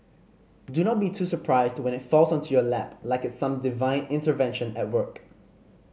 do not be too surprised when it falls onto your lap like some divine intervention at work